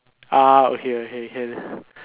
okay okay can